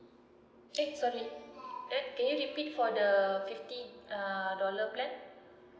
eh sorry eh can you repeat for the fifty uh dollar plan